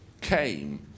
came